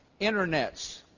internets